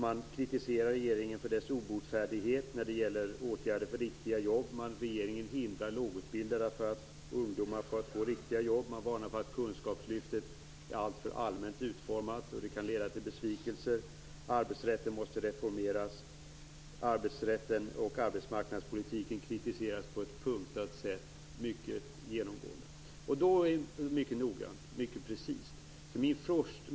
Man kritiserar regeringen för dess obotfärdighet när det gäller åtgärder för riktiga jobb. Regeringen hindrar lågutbildade ungdomar från att få riktiga jobb. Man varnar för att kunskapslyftet är alltför allmänt utformat och kan leda till besvikelse. Arbetsrätten måste reformeras. Arbetsrätten och arbetsmarknadspolitiken kritiseras på ett punktat sätt mycket precist.